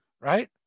right